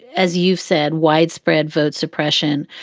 as you've said, widespread vote suppression,